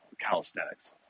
calisthenics